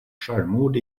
självmord